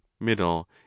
middle